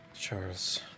Charles